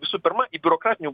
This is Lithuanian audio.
visų pirma į biurokratinių